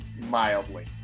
Mildly